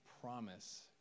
promise